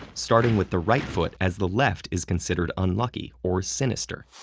starting with the right foot as the left is considered unlucky or sinister.